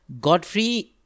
Godfrey